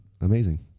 amazing